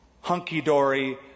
hunky-dory